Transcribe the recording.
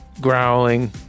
growling